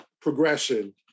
progression